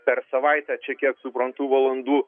per savaitę čia kiek suprantu valandų